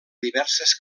diverses